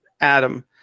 Adam